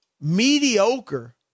mediocre